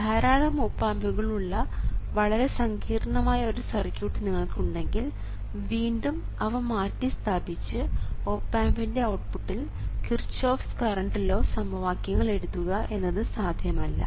ധാരാളം ഓപ് ആമ്പുകൾ ഉള്ള വളരെ സങ്കീർണമായ ഒരു സർക്യൂട്ട് നിങ്ങൾക്കുണ്ടെങ്കിൽ വീണ്ടും അവ മാറ്റി സ്ഥാപിച്ച് ഓപ് ആമ്പിൻറെ ഔട്ട്പുട്ടിൽ കിർച്ചോഫ്സ് കറണ്ട് ലോ സമവാക്യങ്ങൾ എഴുതുക എന്നത് സാധ്യമല്ല